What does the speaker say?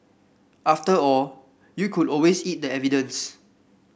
after all you could always eat the evidence